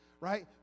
right